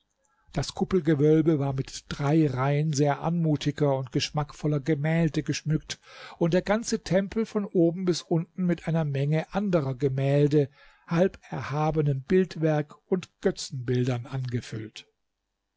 das kuppelgewölbe war mit drei reihen sehr anmutiger und geschmackvoller gemälde geschmückt und der ganze tempel von oben bis unten mit einer menge anderer gemälde halb erhabenem bildwerk und götzenbildern angefüllt